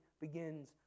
begins